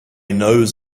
knows